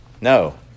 no